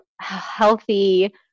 healthy